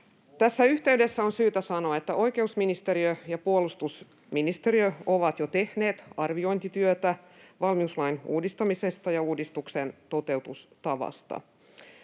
Tässä yhteydessä on syytä sanoa, että oikeusministeriö ja puolustusministeriö ovat jo tehneet arviointityötä valmiuslain uudistamisesta ja uudistuksen toteutustavasta.